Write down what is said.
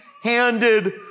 handed